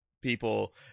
people